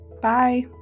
Bye